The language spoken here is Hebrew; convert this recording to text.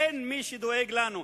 אין מי שדואג לנו,